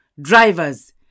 drivers